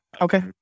Okay